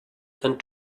dann